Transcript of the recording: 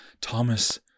Thomas